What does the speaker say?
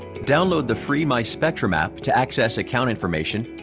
download the free my spectrum app to access account information,